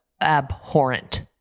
Abhorrent